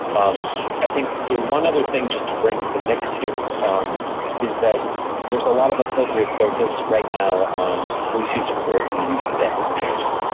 um i think one other thing just to bring to the mix here um is that there's a lot of appropriate focus right now on police use of force and the use of deadly force.